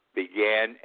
began